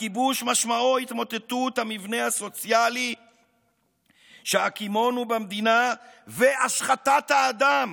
הכיבוש משמעו התמוטטות המבנה הסוציאלי שהקימונו במדינה והשחתת האדם